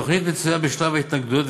התוכנית מצויה בשלב ההתנגדויות,